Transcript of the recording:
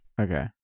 Okay